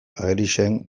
agerian